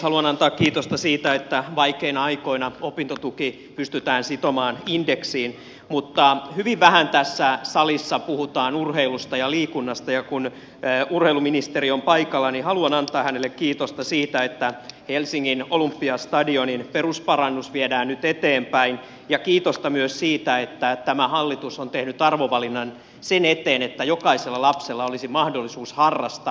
haluan antaa kiitosta siitä että vaikeina aikoina opintotuki pystytään sitomaan indeksiin mutta hyvin vähän tässä salissa puhutaan urheilusta ja liikunnasta ja kun urheiluministeri on paikalla niin haluan antaa hänelle kiitosta siitä että helsingin olympiastadionin perusparannus viedään nyt eteenpäin ja kiitosta myös siitä että tämä hallitus on tehnyt arvovalinnan sen eteen että jokaisella lapsella olisi mahdollisuus harrastaa